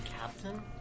captain